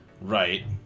Right